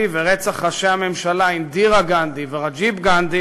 ורצח ראשי הממשלה אינדירה גנדי ורג'יב גנדי